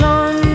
on